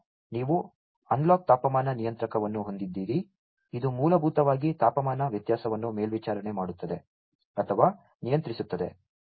ನಂತರ ನೀವು ಅನಲಾಗ್ ತಾಪಮಾನ ನಿಯಂತ್ರಕವನ್ನು ಹೊಂದಿದ್ದೀರಿ ಇದು ಮೂಲಭೂತವಾಗಿ ತಾಪಮಾನ ವ್ಯತ್ಯಾಸವನ್ನು ಮೇಲ್ವಿಚಾರಣೆ ಮಾಡುತ್ತದೆ ಅಥವಾ ನಿಯಂತ್ರಿಸುತ್ತದೆ